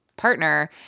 Partner